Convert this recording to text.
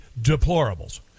deplorables